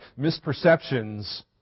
Misperceptions